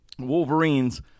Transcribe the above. Wolverines